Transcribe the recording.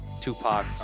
Tupac